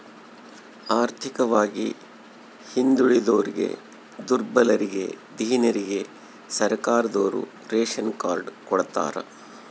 ಆರ್ಥಿಕವಾಗಿ ಹಿಂದುಳಿದೋರಿಗೆ ದುರ್ಬಲರಿಗೆ ದೀನರಿಗೆ ಸರ್ಕಾರದೋರು ರೇಶನ್ ಕಾರ್ಡ್ ಕೊಡ್ತಾರ